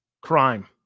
crime